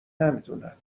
نمیدونند